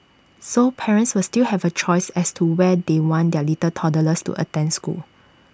so parents will still have A choice as to where they want their little toddlers to attend school